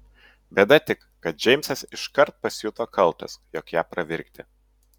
bėda tik kad džeimsas iškart pasijuto kaltas jog ją pravirkdė